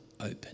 open